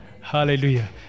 Hallelujah